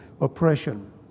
oppression